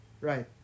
Right